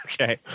Okay